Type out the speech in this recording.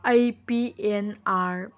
ꯑꯩ P N R